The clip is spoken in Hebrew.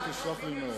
אני מבקש ממך.